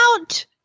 out